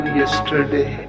yesterday